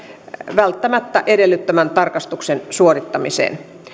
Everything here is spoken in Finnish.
välttämättä edellyttämän tarkastuksen suorittamiseen